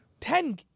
Ten